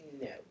No